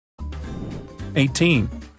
18